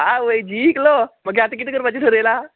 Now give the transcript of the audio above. आवय जिकलो मागीर आतां कितें करपाचें थारयलां